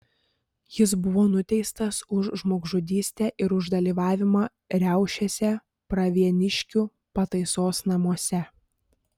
jis buvo nuteistas už žmogžudystę ir už dalyvavimą riaušėse pravieniškių pataisos namuose